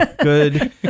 Good